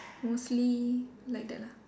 mostly like that lah